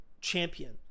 champion